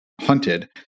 hunted